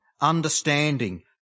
understanding